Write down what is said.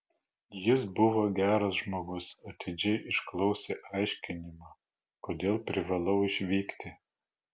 jis buvo geras žmogus atidžiai išklausė aiškinimą kodėl privalau išvykti